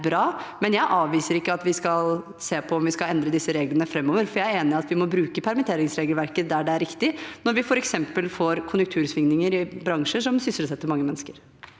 Men jeg avviser ikke at vi skal se på om vi skal endre disse reglene framover, for jeg er enig i at vi må bruke permitteringsregelverket der det er riktig, f.eks. når vi får konjunktursvingninger i bransjer som sysselsetter mange mennesker.